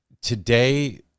today